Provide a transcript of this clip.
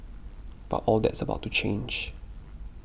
but all that's about to change